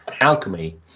alchemy